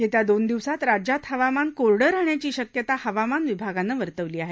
येत्या दोन दिवसात राज्यात हवामान कोरडं राहण्याची शक्यता हवामान विभागानं वर्तवली आहे